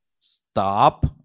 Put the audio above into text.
stop